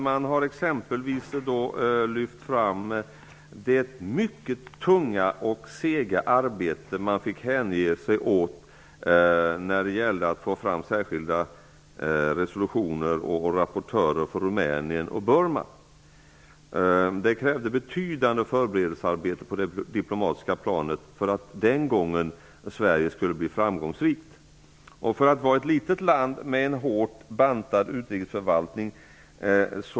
De har exempelvis lyft fram det mycket tunga och sega arbete som man fick hänge sig åt när det gällde att få fram särskilda resolutioner och rapportörer för Rumänien och Burma. Det krävdes ett betydande förberedelsearbete på det diplomatiska planet för att Sverige den gången skulle bli framgångsrikt. Sverige är ett litet land med en hårt bantad utrikesförvaltning.